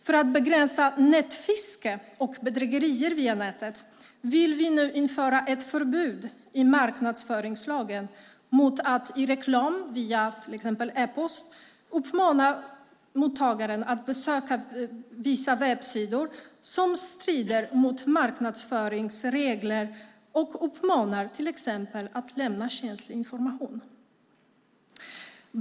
För att begränsa nätfiske och bedrägerier via nätet vill vi nu införa ett förbud i marknadsföringslagen mot att i reklam via exempelvis e-post uppmana mottagaren att besöka vissa webbsidor som strider mot marknadsföringslagens regler och uppmanar till exempel att lämna känslig information.